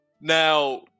now